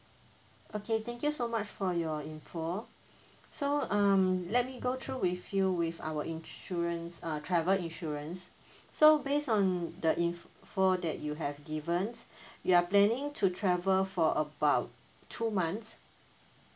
okay thank you so much for your info so um let me go through with you with our insurance uh travel insurance so based on the info that you have given you are planning to travel for about two months